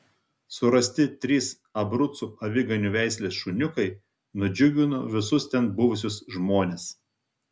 surasti trys abrucų aviganių veislės šuniukai nudžiugino visus ten buvusius žmones